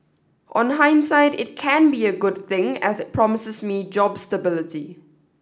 on hindsight it can be a good thing as it promises me job stability